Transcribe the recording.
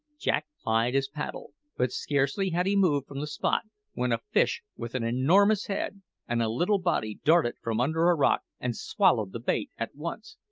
jack plied his paddle but scarcely had he moved from the spot when a fish with an enormous head and a little body darted from under a rock and swallowed the bait at once.